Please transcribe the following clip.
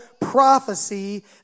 prophecy